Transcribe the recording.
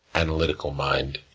analytical mind.